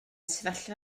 sefyllfa